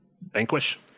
vanquish